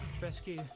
Rescue